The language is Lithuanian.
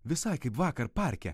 visai kaip vakar parke